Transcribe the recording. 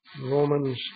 Romans